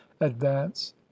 advance